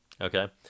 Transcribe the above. Okay